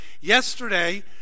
yesterday